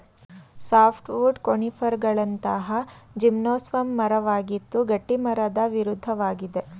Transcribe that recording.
softwood ಕೋನಿಫರ್ಗಳಂತಹ gymnosperm ಮರವಾಗಿದ್ದು ಗಟ್ಟಿಮರದ ವಿರುದ್ಧವಾಗಿದೆ